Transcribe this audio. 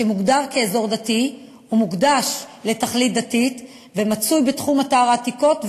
שמוגדר אזור דתי ומוקדש לתכלית דתית ומצוי בתחום אתר עתיקות,